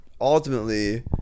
ultimately